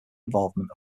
involvement